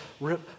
rip